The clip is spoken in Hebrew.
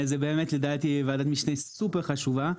זה באמת לדעתי ועדת משנה סופר חשובה.